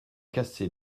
casser